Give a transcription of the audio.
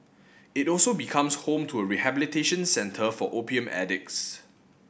it also becomes home to a rehabilitation centre for opium addicts